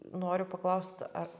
noriu paklaust ar